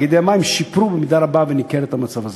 תאגידי המים שיפרו במידה רבה וניכרת את המצב הזה.